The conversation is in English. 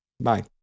Bye